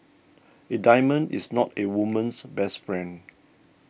a diamond is not a woman's best friend